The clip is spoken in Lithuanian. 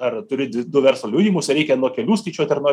ar turi du verslo liudijimus ar reikia nuo kelių skaičiuot ar nuo